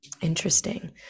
Interesting